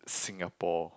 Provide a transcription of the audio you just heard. Singapore